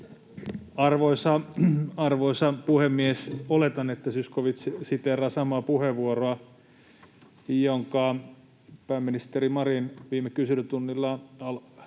Arvoisa puhemies! Oletan, että Zyskowicz siteeraa samaa puheenvuoroa, jossa pääministeri Marin viime kyselytunnin alussa